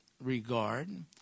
regard